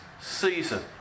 season